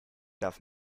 darf